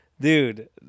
Dude